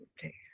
Okay